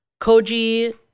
Koji